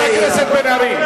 חבר הכנסת בן-ארי.